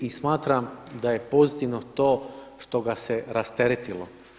I smatram da je pozitivno to što ga se rasteretilo.